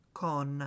con